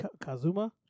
Kazuma